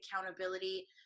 accountability